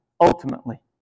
Ultimately